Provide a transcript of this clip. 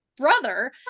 brother